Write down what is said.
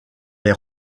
les